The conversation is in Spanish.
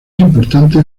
importante